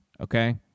okay